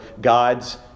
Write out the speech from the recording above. God's